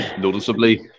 noticeably